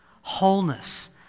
wholeness